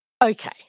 Okay